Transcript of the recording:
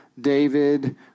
David